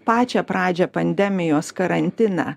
pačią pradžią pandemijos karantiną